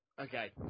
Okay